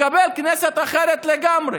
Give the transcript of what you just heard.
תתקבל כנסת אחרת לגמרי.